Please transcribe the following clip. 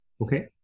Okay